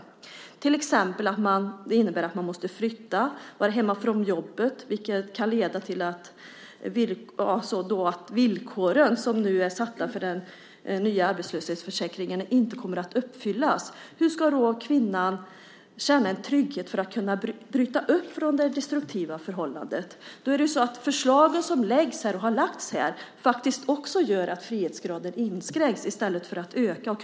Det kan till exempel innebära att man måste flytta och vara hemma från jobbet, vilket kan leda till att de villkor som nu är satta för den nya arbetslöshetsförsäkringen inte kommer att uppfyllas. Hur ska då kvinnan känna en trygghet för att kunna bryta upp från det destruktiva förhållandet? De förslag som läggs fram och har lagts fram här inskränker också frihetsgraden i stället för att öka den.